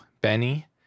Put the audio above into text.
Benny